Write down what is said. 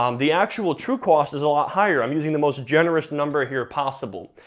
um the actual true cost is a lot higher, i'm using the most generous number here possible.